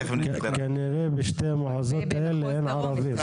כנראה בשני המחוזות האלה אין ערבים.